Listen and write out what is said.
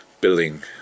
building